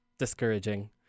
Discouraging